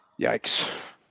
Yikes